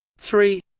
three